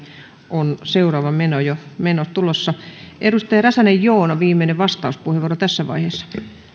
on seuraava meno jo meno jo tulossa edustaja räsänen joona viimeinen vastauspuheenvuoro tässä vaiheessa